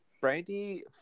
Brandy